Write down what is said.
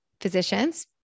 physicians